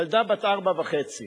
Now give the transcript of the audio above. ילדה בת ארבע וחצי